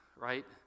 right